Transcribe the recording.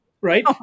Right